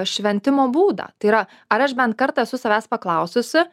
šventimo būdą tai yra ar aš bent kartą esu savęs paklaususi